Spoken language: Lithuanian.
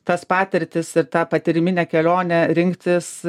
tas patirtis ir tą patyriminę kelionę rinktis